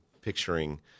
picturing